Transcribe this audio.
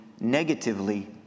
negatively